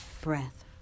breath